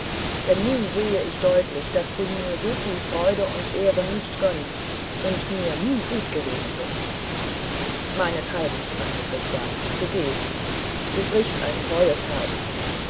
denn nun sehe ich deutlich daß du mir so viel freude und ehre nicht gönnst und mir nie gut gewesen bist meinethalben sagte christian so geh du brichst ein treues herz